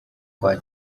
kwa